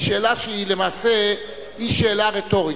שאלה שהיא למעשה שאלה רטורית.